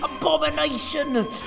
abomination